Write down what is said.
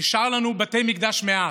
נשארו לנו בתי מקדש מעט.